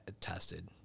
tested